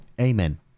Amen